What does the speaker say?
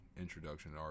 introduction